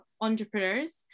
entrepreneurs